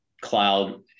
cloud